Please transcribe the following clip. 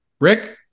Rick